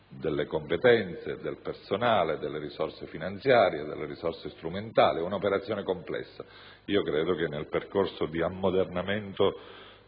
delle competenze, del personale, delle risorse finanziarie e strumentali. Si tratta di un'operazione complessa. Credo che, nel percorso di ammodernamento